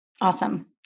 Awesome